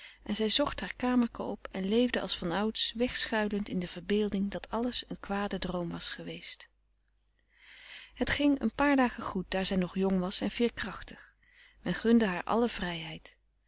en zij zocht haar kamerken op en leefde als van ouds wegschuilend in de verbeelding dat alles een kwade droom was geweest frederik van eeden van de koele meren des doods het ging een paar dagen goed daar zij nog jong was en veerkrachtig men gunde haar alle vrijheid